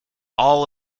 all